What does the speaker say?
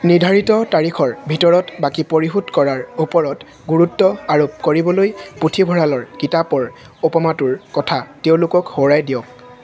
নিৰ্ধাৰিত তাৰিখৰ ভিতৰত বাকী পৰিশোধ কৰাৰ ওপৰত গুৰুত্ব আৰোপ কৰিবলৈ পুথিভঁৰালৰ কিতাপৰ উপমাটোৰ কথা তেওঁলোকক সোঁৱৰাই দিয়ক